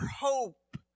hope